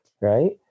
Right